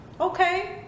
okay